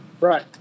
right